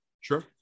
Sure